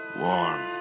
warm